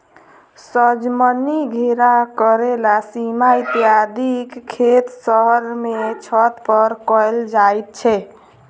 सजमनि, घेरा, करैला, सीम इत्यादिक खेत शहर मे छत पर कयल जाइत छै